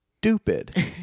stupid